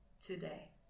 today